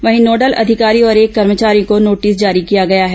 वहीं नोडल अधिकारी और एक कर्मचारी को नोटिस जारी किया गया है